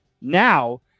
Now